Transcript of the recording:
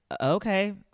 okay